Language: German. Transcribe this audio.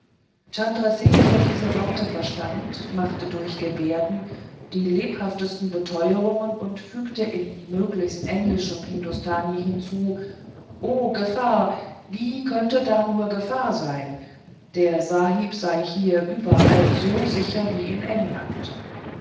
singh der diese worte verstand machte durch gebärden die lebhaftesten beteuerungen und fügte in möglichst englischem hindostani hinzu o gefahr wie könne nur da gefahr sein der sahib sei hier überall so sicher wie in england